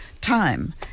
time